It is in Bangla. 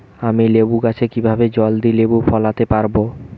আমি লেবু গাছে কিভাবে জলদি লেবু ফলাতে পরাবো?